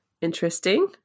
Interesting